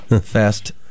fast